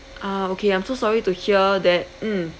uh okay I'm so sorry to hear that mm